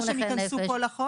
-- את רוצה שהם ייכנסו פה לחוק?